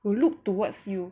will look towards you